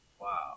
Wow